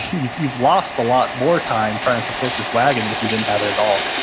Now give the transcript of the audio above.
you've you've lost a lot more time trying to support this wagon than if you didn't have it at all.